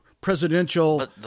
presidential